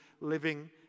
living